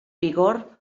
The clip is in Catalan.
vigor